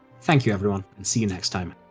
thank you everyone, and see you next time.